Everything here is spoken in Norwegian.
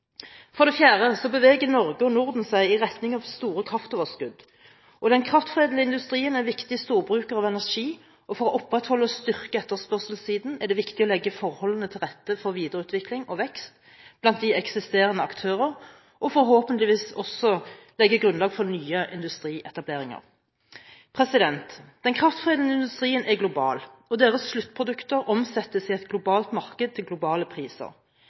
For det fjerde beveger Norge og Norden seg i retning av store kraftoverskudd, og den kraftforedlende industrien er en viktig storbruker av energi, og for å opprettholde og styrke etterspørselssiden er det viktig å legge forholdene til rette for videreutvikling og vekst blant de eksisterende aktører og forhåpentligvis også legge grunnlag for nye industrietableringer. Den kraftforedlende industrien er global, og dens sluttprodukter omsettes i et globalt marked til globale priser.